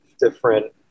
different